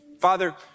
Father